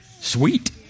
Sweet